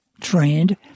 trained